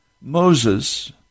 Moses